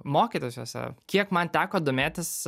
mokytis juose kiek man teko domėtis